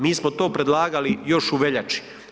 Mi smo to predlagali još u veljači.